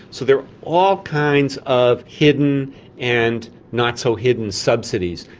so there are all kinds of hidden and not so hidden subsidies.